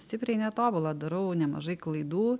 stipriai netobula darau nemažai klaidų